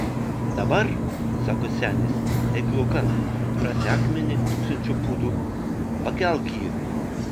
dabar sako senis eik laukan rasi akmenį tūkstančio pūdų pakelk jį